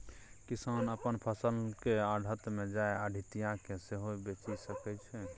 किसान अपन फसल केँ आढ़त मे जाए आढ़तिया केँ सेहो बेचि सकै छै